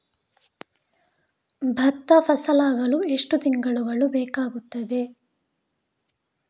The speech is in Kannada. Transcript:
ಭತ್ತ ಫಸಲಾಗಳು ಎಷ್ಟು ತಿಂಗಳುಗಳು ಬೇಕಾಗುತ್ತದೆ?